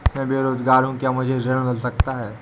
मैं बेरोजगार हूँ क्या मुझे ऋण मिल सकता है?